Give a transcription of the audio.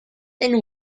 and